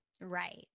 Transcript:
Right